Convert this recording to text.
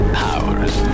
powers